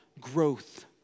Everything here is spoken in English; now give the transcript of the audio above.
growth